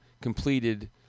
completed